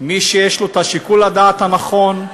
מי שיש לו שיקול הדעת הנכון,